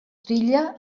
trilla